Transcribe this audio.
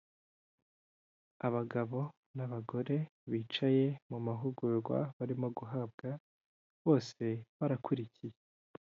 Abagabo n'abagore bicaye mu mahugurwa barimo guhabwa, bose barakurikiye.